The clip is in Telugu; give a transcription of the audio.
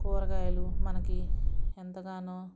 కూరగాయలు మనకి ఎంతగానో